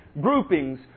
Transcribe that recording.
groupings